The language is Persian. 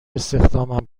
استخدامم